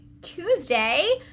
Tuesday